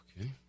Okay